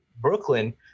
Brooklyn